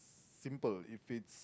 simple if it's